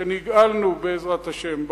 שנגאלנו בעזרת השם,